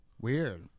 Weird